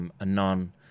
Anon